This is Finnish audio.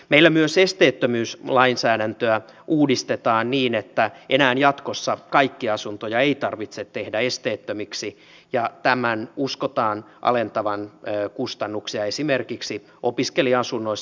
meillä myös esteettömyyslainsäädäntöä uudistetaan niin että enää jatkossa kaikkia asuntoja ei tarvitse tehdä esteettömiksi ja tämän uskotaan alentavan kustannuksia esimerkiksi opiskelija asunnoissa